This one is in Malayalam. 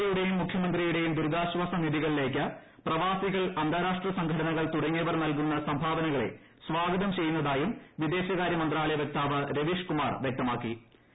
പ്രധാനമന്ത്രിയുടെയും മുഖ്യമന്ത്രിയുടെയും ദുരിതാശ്വാസ നിധികളിലേയ്ക്ക് പ്രവാസികൾ അന്താരാഷ്ട്ര സംഘടനകൾ തുടങ്ങിയവർ നൽകുന്ന സംഭാവനകളെ സ്വാഗതം ചെയ്യുന്നതായും വിദേശകാര്യ മന്ത്രാലയ വക്താവ് രവീഷ് കുമാർ വ്യക്തമാക്കി